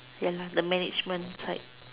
ya lah the management type